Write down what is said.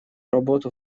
работу